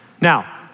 Now